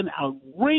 outrageous